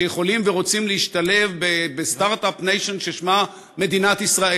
שיכולים ורוצים להשתלב ב-Start-up Nation ששמה מדינת ישראל.